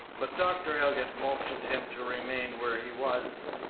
but dr. elliott motioned him to remain where he was.